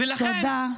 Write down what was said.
תודה.